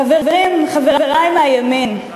חברים, חברי מהימין,